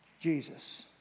Jesus